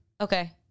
Okay